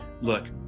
Look